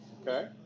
Okay